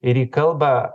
ir į kalbą